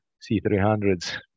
C-300s